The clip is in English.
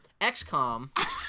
XCOM